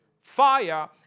fire